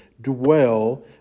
dwell